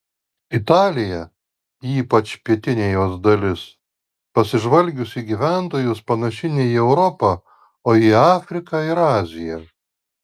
italija ypač pietinė jos dalis pasižvalgius į gyventojus panaši ne į europą o į afriką ir aziją